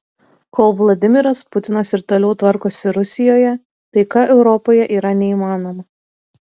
kol vladimiras putinas ir toliau tvarkosi rusijoje taika europoje yra neįmanoma